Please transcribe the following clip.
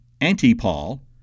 anti-Paul